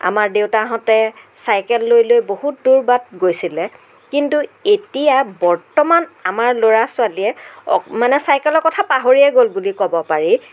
আমাৰ দেউতাহঁতে চাইকেল লৈ লৈ বহুত দূৰ বাট গৈছিলে কিন্তু এতিয়া বৰ্তমান আমাৰ ল'ৰা ছোৱালীয়ে অক মানে চাইকেলৰ কথা পাহৰিয়ে গ'ল বুলি ক'ব পাৰি